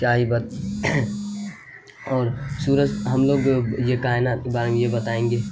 کیا ہی بات اور سورج ہم لوگ جو یہ کائنات کے بارے میں یہ بتائیں گے